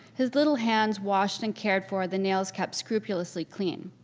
his little hands washed and cared for, the nails kept scrupulously clean,